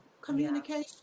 communication